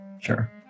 Sure